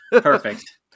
Perfect